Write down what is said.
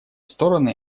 стороны